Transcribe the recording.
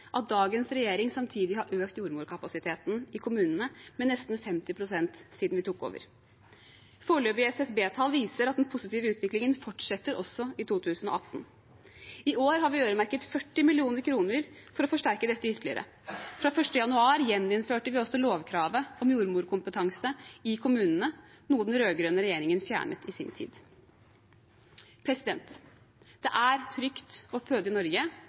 at dagens regjering samtidig har økt jordmorkapasiteten i kommunene med nesten 50 pst. siden vi tok over. Foreløpige SSB-tall viser at den positive utviklingen fortsatte også i 2018. I år har vi øremerket 40 mill. kr for å forsterke dette ytterligere. Fra 1. januar gjeninnførte vi også lovkravet om jordmorkompetanse i kommunene, noe den rød-grønne regjeringen fjernet i sin tid. Det er trygt å føde i Norge,